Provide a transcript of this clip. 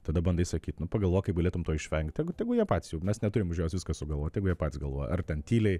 tada bandai sakyt nu pagalvok kaip galėtum to išvengt tegu tegu jie patys juk mes neturim už juos viską sugalvot tegu jie patys galvoja ar ten tyliai